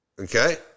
Okay